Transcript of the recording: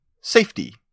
Safety